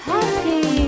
Happy